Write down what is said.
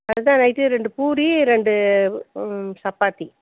அதுதான் நைட்டு ரெண்டு பூரி ரெண்டு ம் சப்பாத்தி